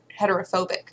heterophobic